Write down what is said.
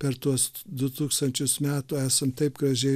per tuos du tūkstančius metų esam taip gražiai